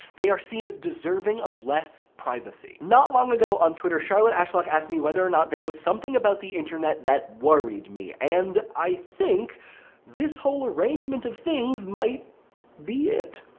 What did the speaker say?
they are seen as deserving of less privacy. not long ago on twitter, charlotte ashlock asked me whether or not there was something about the internet that worried me. and i think this whole arrangement of things might be it.